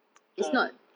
ah